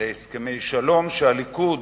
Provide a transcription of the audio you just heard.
להסכמי שלום, והליכוד